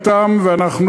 אתם ואנחנו,